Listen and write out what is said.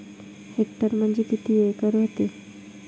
Hectare म्हणजे किती acre व्हते?